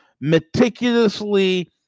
meticulously